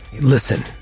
listen